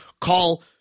call